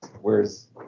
Whereas